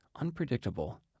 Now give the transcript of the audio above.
unpredictable